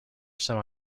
semi